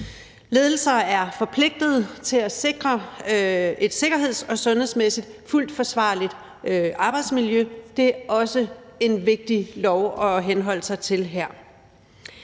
Ledelserne er forpligtede til at sikre et sikkerheds- og sundhedsmæssigt fuldt forsvarligt arbejdsmiljø; det er også en vigtig lov at henholde sig til her.